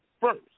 First